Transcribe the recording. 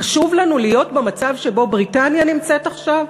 חשוב לנו להיות במצב שבו בריטניה נמצאת עכשיו?